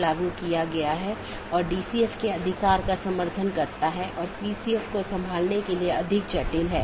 इसका मतलब है यह चीजों को इस तरह से संशोधित करता है जो कि इसके नीतियों के दायरे में है